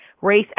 Race